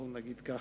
נגיד כך.